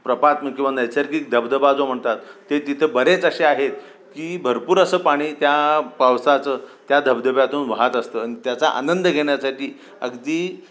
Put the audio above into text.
प्रपात्मक किंवा नैसर्गिक धबधबा जो म्हणतात ते तिथं बरेच अशे आहेत की भरपूर असं पाणी त्या पावसाचं त्या धबधब्यातून वाहत असतं आणि त्याचा आनंद घेण्यासाठी अगदी